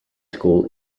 school